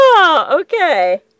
Okay